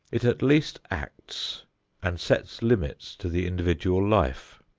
it at least acts and sets limits to the individual life.